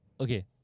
okay